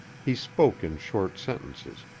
he spoke in short sentences,